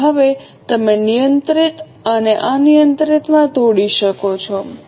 તેથી હવે તમે નિયંત્રિત અને અનિયંત્રિત માં તોડી શકો છો